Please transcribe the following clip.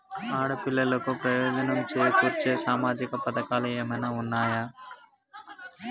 ఆడపిల్లలకు ప్రయోజనం చేకూర్చే సామాజిక పథకాలు ఏమైనా ఉన్నయా?